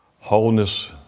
wholeness